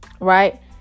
Right